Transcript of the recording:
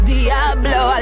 Diablo